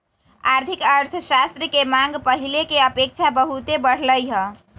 आर्थिक अर्थशास्त्र के मांग पहिले के अपेक्षा बहुते बढ़लइ ह